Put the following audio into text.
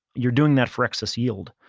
you're doing that for excess yield.